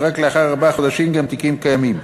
ורק לאחר ארבעה חודשים גם תיקים קיימים.